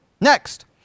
Next